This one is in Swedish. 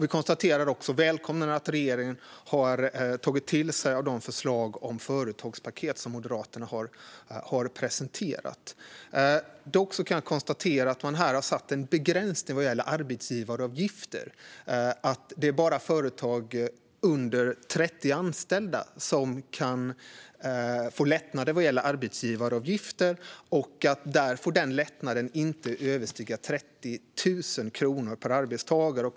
Vi konstaterar och välkomnar att regeringen har tagit till sig de förslag om företagspaket som Moderaterna har presenterat. Dock kan jag konstatera att man har satt en begränsning vad gäller arbetsgivaravgifterna. Det är bara företag med under 30 anställda som kan få lättnader vad gäller arbetsgivaravgifter, och lättnaden får inte överstiga 30 000 kronor per arbetstagare.